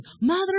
mother